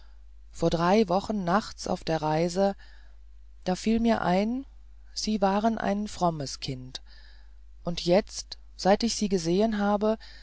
vor drei wochen nachts auf der reise da fiel mir ein sie war ein frommes kind und jetzt seit ich sie gesehen habe